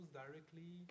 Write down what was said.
directly